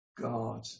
God